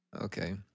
Okay